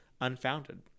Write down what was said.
unfounded